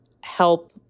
help